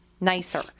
nicer